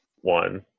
one